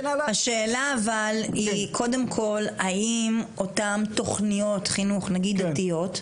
השאלה היא קודם כל האם אותן תוכניות חינוך נגיד דתיות,